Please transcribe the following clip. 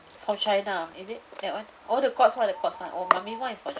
from china is it that one oh the courts one the courts one oh mummy's one is from chi~